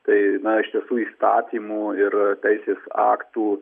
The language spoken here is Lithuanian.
tai na iš tiesų įstatymų ir teisės aktų